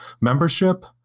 membership